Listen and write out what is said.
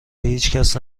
هیچکس